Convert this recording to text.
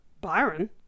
Byron